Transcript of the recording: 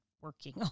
working